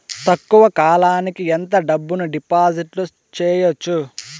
తక్కువ కాలానికి ఎంత డబ్బును డిపాజిట్లు చేయొచ్చు?